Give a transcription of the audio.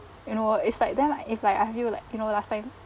you know it's like then if like I feel like you know last time